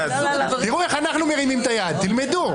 תראו איך אנחנו מרימים את היד, תלמדו.